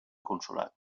consolat